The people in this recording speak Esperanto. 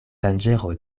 danĝero